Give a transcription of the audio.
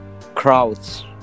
crowds